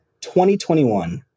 2021